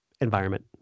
environment